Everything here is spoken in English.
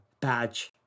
badge